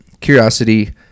curiosity